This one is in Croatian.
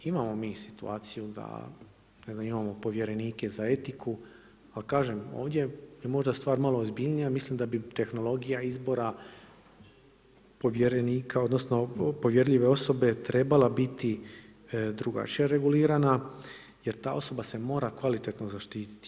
Imamo mi situaciju da imamo povjerenike za etiku, ali kažem, ovdje je možda stvar ozbiljnija, mislim da bi tehnologija izbora, povjerenika, odnosno, povjerljive osobe trebala biti drugačije regulirana, jer ta osoba se mora kvalitetno zaštiti.